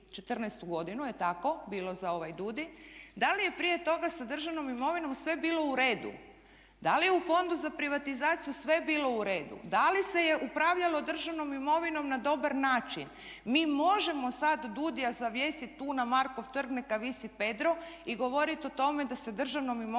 jel' tako bilo za ovaj DUDI, da li je prije toga sa državnom imovinom sve bilo u redu? Da li je u Fondu za privatizaciju sve bilo u redu? Da li se je upravljalo državnom imovinom na dobar način? Mi možemo sad DUDI-a zavjesit tu na Markov trg neka visi Pedro i govorit o tome da se državnom imovinom